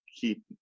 keep